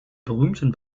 berühmten